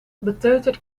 beteuterd